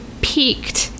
peaked